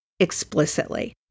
explicitly